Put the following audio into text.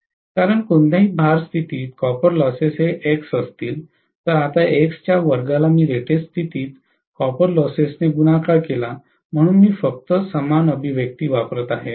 कारण कोणत्याही भार स्थितीत कॉपर लॉसेस हे x असतील तर आता x च्या वर्गाला मी रेटेड स्थितीत कॉपर लॉसेसcopper losses ने गुणाकर केला आहे म्हणून मी फक्त समान अभिव्यक्ती वापरत आहे